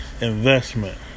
investment